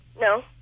No